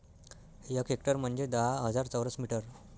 एक हेक्टर म्हंजे दहा हजार चौरस मीटर